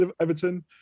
everton